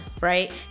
right